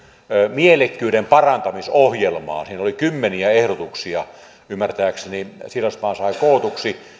mielekkyyden parantamisohjelmaa kymmeniä ehdotuksia ymmärtääkseni siilasmaa sai kootuksi